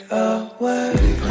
away